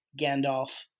Gandalf